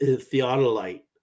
theodolite